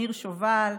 ניר שובל,